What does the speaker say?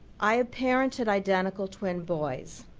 i ah parented identical twin boys,